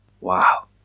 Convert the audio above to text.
Wow